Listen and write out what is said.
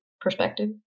perspective